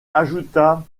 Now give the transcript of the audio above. ajouta